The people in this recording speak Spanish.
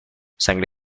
sangre